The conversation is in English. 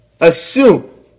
assume